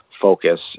focus